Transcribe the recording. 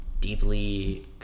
deeply